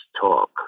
talk